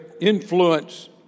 influence